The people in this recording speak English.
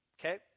Okay